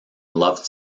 loved